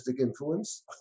influence